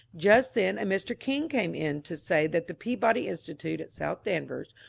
just then a mr. king came in to say that the peabody institute at south danvers,